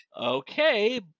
Okay